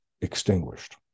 extinguished